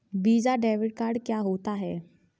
Visa debit card क्या होता है?